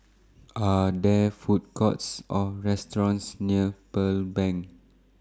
Are There Food Courts Or restaurants near Pearl Bank